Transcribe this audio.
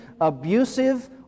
abusive